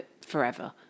forever